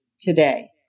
today